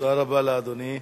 תודה רבה לאדוני.